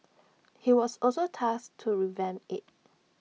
he was also tasked to revamp IT